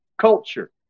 culture